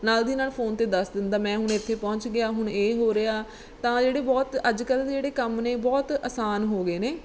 ਨਾਲ ਦੀ ਨਾਲ ਫੋਨ 'ਤੇ ਦੱਸ ਦਿੰਦਾ ਮੈਂ ਹੁਣ ਇੱਥੇ ਪਹੁੰਚ ਗਿਆ ਹੁਣ ਇਹ ਹੋ ਰਿਹਾ ਤਾਂ ਜਿਹੜੇ ਬਹੁਤ ਅੱਜ ਕੱਲ੍ਹ ਦੇ ਜਿਹੜੇ ਕੰਮ ਨੇ ਬਹੁਤ ਆਸਾਨ ਹੋ ਗਏ ਨੇ